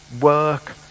work